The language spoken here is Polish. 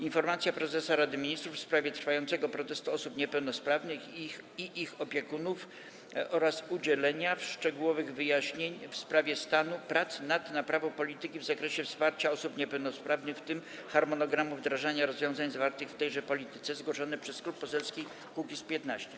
Informacja prezesa Rady Ministrów w sprawie trwającego protestu osób niepełnosprawnych i ich opiekunów oraz udzielenia szczegółowych wyjaśnień w sprawie stanu prac nad naprawą polityki w zakresie wsparcia osób niepełnosprawnych, w tym harmonogramu wdrażania rozwiązań zawartych w tejże polityce - zgłoszony przez Klub Poselski Kukiz’15.